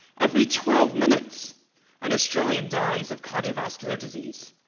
every twelve minutes an australian dies of cardiovascular disease.